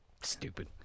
Stupid